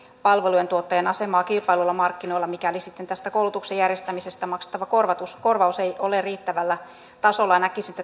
palvelujen tuottajien asemaa kilpailluilla markkinoilla mikäli sitten tästä koulutuksen järjestämisestä maksettava korvaus korvaus ei ole riittävällä tasolla ja näkisin